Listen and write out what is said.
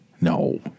No